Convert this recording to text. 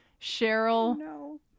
Cheryl